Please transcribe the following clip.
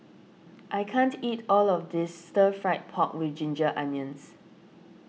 I can't eat all of this Stir Fried Pork with Ginger Onions